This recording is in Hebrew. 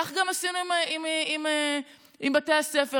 כך גם עשינו עם בתי הספר.